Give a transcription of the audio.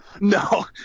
No